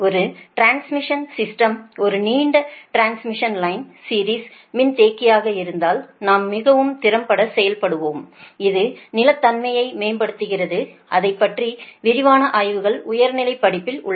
ஒரு டிரான்ஸ்மிஷன் சிஸ்டத்திற்கு ஒரு நீண்ட டிரான்ஸ்மிஷன் லைன் சீரிஸ் மின்தேக்கியாக இருந்தால் நாம் மிகவும் திறம்பட செயல்படுவோம் இது நிலைத்தன்மையை மேம்படுத்துகிறதுஅதைப்பற்றி விரிவான ஆய்வுகள் உயர்நிலைப் படிப்பில் உள்ளது